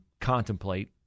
contemplate